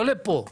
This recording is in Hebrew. לא לוועדה פה.